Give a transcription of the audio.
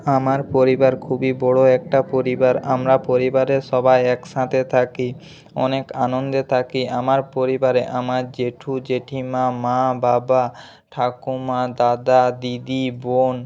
আমার পরিবার খুবই বড় একটা পরিবার আমরা পরিবারের সবাই একসাথে থাকি অনেক আনন্দে থাকি আমার পরিবারে আমার জেঠু জেঠিমা মা বাবা ঠাকুমা দাদা দিদি বোন